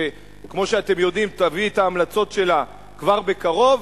שכמו שאתם יודעים תביא את ההמלצות שלה כבר בקרוב,